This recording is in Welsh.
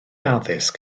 addysg